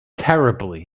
terribly